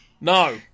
No